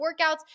workouts